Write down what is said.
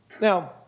Now